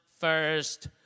first